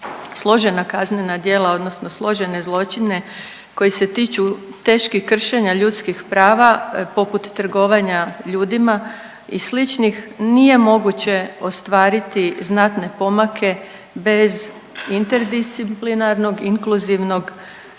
složena kaznena djela, odnosno složene zločine koji se tiču teških kršenja ljudskih prava poput trgovanja ljudima i sličnih nije moguće ostvariti znatne pomake bez interdisciplinarnog, inkluzivnog